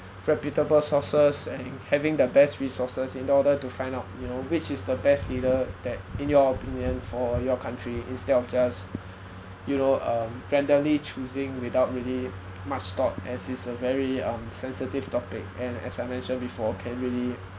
reputable sources and having the best resources in order to find out you know which is the best leader that in your opinion for your country instead of just you know um randomly choosing without really much thought as it's a very um sensitive topic and as I mentioned before can really